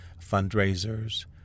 fundraisers